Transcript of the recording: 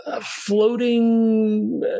floating